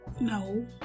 No